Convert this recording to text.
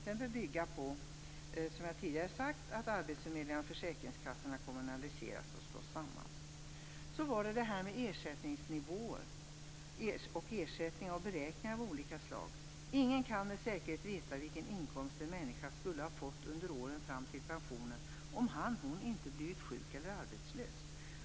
Den bör bygga på, som jag tidigare sagt, att de lokala arbetsförmedlingarna och försäkringskassorna kommunaliseras och slås samman. Så var det detta med ersättningsnivåer och beräkningar av olika slag. Ingen kan med säkerhet veta vilken inkomst en människa skulle ha fått under åren fram till pensionen om han eller hon inte blivit sjuk eller arbetslös.